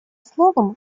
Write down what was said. словом